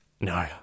No